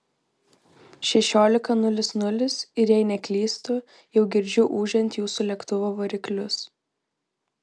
šešiolika nulis nulis ir jei neklystu jau girdžiu ūžiant jūsų lėktuvo variklius